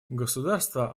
государства